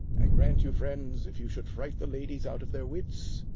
i grant you, friends, if you should fright the ladies out of their wits,